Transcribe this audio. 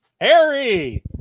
Harry